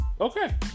okay